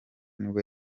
nibwo